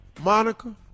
Monica